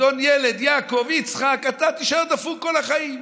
אדון ילד, יעקב או יצחק, תישאר דפוק כל החיים.